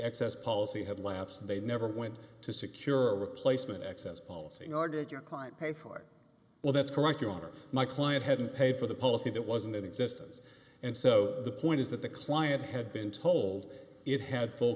excess policy had lapsed and they never went to secure a replacement access policy nor did your client pay for it well that's correct your honor my client hadn't paid for the policy that wasn't in existence and so the point is that the client had been told it had full